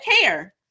care